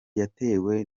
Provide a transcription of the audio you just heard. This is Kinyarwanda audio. yatewe